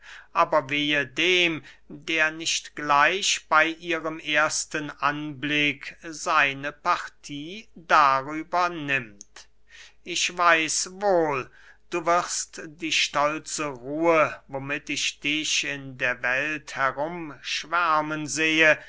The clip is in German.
aber wehe dem der nicht gleich bey ihrem ersten anblick seine partie darüber nimmt ich weiß wohl du wirst die stolze ruhe womit ich dich in der welt herumschwärmen sehe